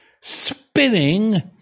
spinning